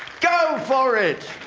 go for it!